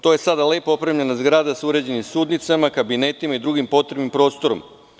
To je sada lepo opremljena zgrada sa uređenim sudnicama, kabinetima i drugim potrebnim prostorom.